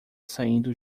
saindo